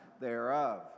thereof